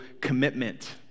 commitment